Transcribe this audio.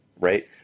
right